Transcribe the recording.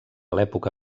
l’època